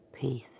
Peace